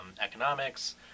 economics